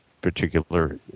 particular